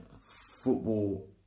football